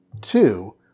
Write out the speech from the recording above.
Two